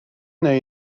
neu